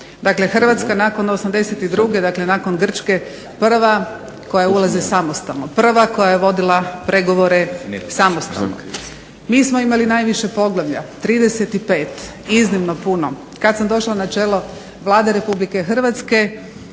Dakle, Hrvatska nakon '82., dakle nakon Grčke prva koja ulazi samostalno. Prva koja je vodila pregovore samostalno. Mi smo imali najviše poglavlja 35, iznimno puno. Kada sam došla na čelo Vlade Republike Hrvatske